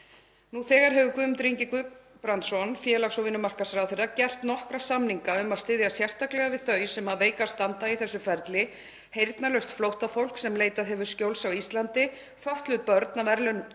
Nú þegar hefur Guðmundur Ingi Guðbrandsson, félags- og vinnumarkaðsráðherra, gert nokkra samninga um að styðja sérstaklega við þau sem veikast standa í þessu ferli, heyrnarlaust flóttafólk sem leitað hefur skjóls á Íslandi, fötluð börn af erlendum